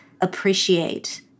appreciate